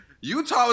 utah